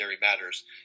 matters